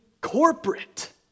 corporate